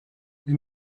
you